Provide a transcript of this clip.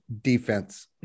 defense